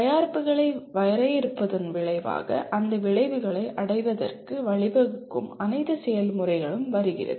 தயாரிப்புகளை வரையறுப்பதன் விளைவாக அந்த விளைவுகளை அடைவதற்கு வழிவகுக்கும் அனைத்து செயல்முறைகளும் வருகிறது